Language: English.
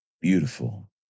Beautiful